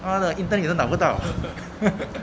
ah the intern you 拿不到